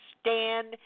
stand